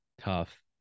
Tough